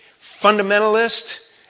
fundamentalist